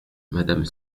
madame